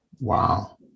wow